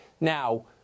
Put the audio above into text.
Now